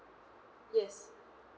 yes